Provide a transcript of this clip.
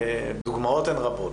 הדוגמאות הן רבות.